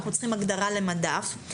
אנחנו צריכים הגדרה למדף.